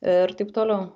ir taip toliau